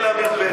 מפרגן לעמיר פרץ.